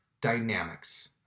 dynamics